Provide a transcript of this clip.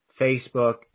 Facebook